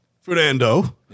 Fernando